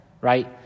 right